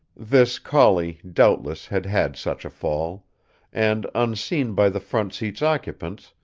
this collie, doubtless, had had such a fall and, unseen by the front seat's occupants,